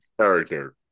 character